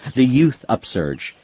the youth upsurge,